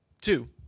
two